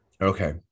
okay